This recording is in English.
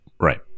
Right